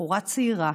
בחורה צעירה